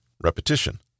Repetition